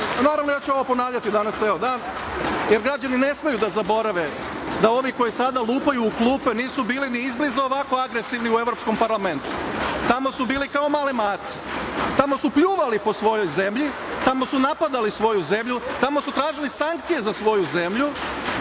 Naravno ja ću ovo ponavljati danas ceo dan, jer građani ne smeju da zaborave da ovi koji sada lupaju u klupe nisu bili ni izbliza ovako agresivni u Evropskom parlamentu. Tamo su bili kao male mace. Tamo su pljuvali po svojoj zemlji, tamo su napadali svoju zemlju, tamo su tražili sankcije za svoju zemlju